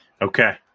Okay